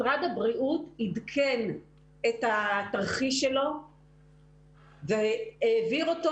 משרד הבריאות עדכן את התרחיש שלו והעביר אותו